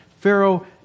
Pharaoh